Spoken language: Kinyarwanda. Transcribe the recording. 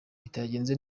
bitagenze